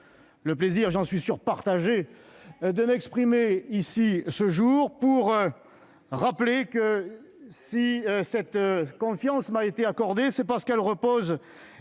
partagé, j'en suis sûr ! -de m'exprimer ici ce jour pour rappeler que, si cette confiance m'a été accordée, c'est parce qu'elle repose